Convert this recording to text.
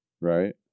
Right